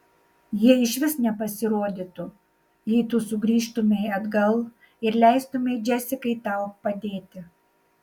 jie išvis nepasirodytų jei tu sugrįžtumei atgal ir leistumei džesikai tau padėti